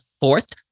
fourth